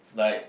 like